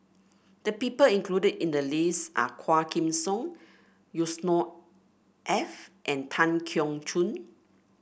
the people included in the list are Quah Kim Song Yusnor F and Tan Keong Choon